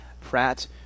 Pratt